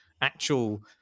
actual